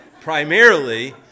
primarily